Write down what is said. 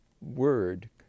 word